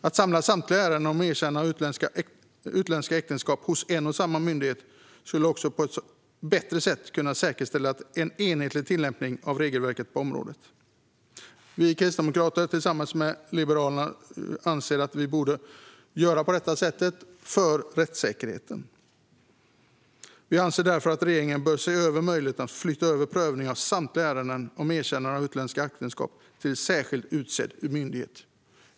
Att samla samtliga ärenden om erkännande av utländska äktenskap hos en och samma myndighet skulle också på ett bättre sätt kunna säkerställa en enhetlig tillämpning av regelverket på området. Vi kristdemokrater, tillsammans med Liberalerna, anser att vi borde göra på detta sätt för rättssäkerheten. Vi anser därför att regeringen bör se över möjligheten att flytta över prövningen av samtliga ärenden om erkännande av utländska äktenskap till en särskilt utsedd myndighet.